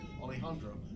Alejandro